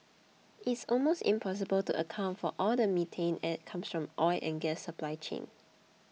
it's almost impossible to account for all the methane that comes from the oil and gas supply chain